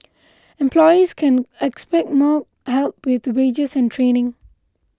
employees can expect more help with wages and training